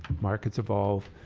markets evolve.